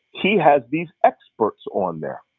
he has these experts on them.